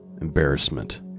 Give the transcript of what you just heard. embarrassment